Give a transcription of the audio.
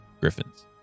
griffins